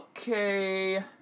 Okay